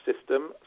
system